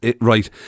right